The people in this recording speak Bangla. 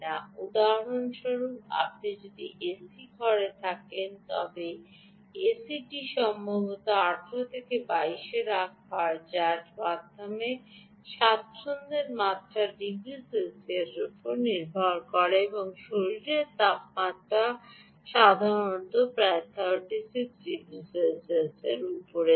উদাহরণস্বরূপ আপনি যদি এসি ঘরে থাকেন তবে এসিটি সম্ভবত 18 থেকে 22 এ রাখা হয় যার যার স্বাচ্ছন্দ্যের মাত্রা ডিগ্রি সেলসিয়াসের উপর নির্ভর করে এবং শরীরের তাপমাত্রা সাধারণত প্রায় 36 এর উপরে থাকে